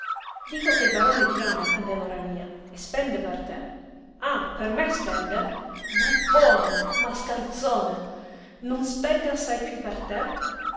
dico che il barone ti ama candelora mia e spende per te ah per me spende buffone mascalzone non spende assai piú per te